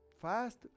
fast